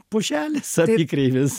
pušelės apykreivės